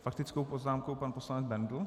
S faktickou poznámkou pan poslanec Bendl.